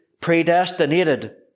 predestinated